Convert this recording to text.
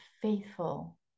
faithful